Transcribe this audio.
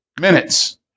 minutes